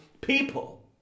people